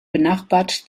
benachbart